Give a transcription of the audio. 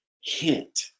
hint